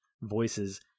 voices